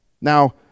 Now